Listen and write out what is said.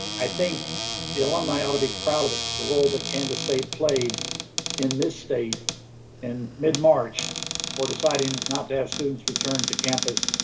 i think the alumni ought to be proud of the the role that kansas state played in this state in mid march for deciding not to have students return to campus.